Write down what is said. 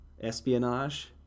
espionage